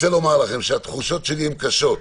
התחושות שלי הן קשות.